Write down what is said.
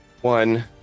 one